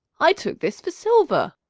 i took this for silver.